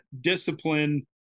discipline